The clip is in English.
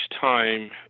time